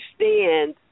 understand